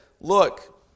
look